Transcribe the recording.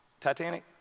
Titanic